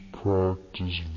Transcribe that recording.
practice